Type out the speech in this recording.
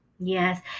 Yes